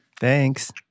thanks